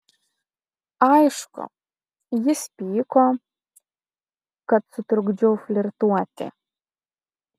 aišku jis pyko kad sutrukdžiau flirtuoti